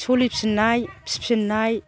सलिफिन्नाय फिफिन्नाय